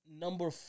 number